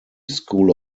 school